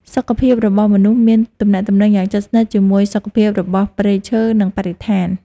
សុខភាពរបស់មនុស្សមានទំនាក់ទំនងយ៉ាងជិតស្និទ្ធជាមួយសុខភាពរបស់ព្រៃឈើ និងបរិស្ថាន។